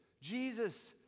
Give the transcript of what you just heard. Jesus